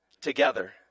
together